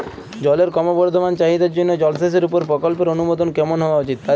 জলের ক্রমবর্ধমান চাহিদার জন্য জলসেচের উপর প্রকল্পের অনুমোদন কেমন হওয়া উচিৎ?